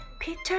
Peter